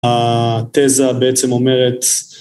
‫התזה בעצם אומרת...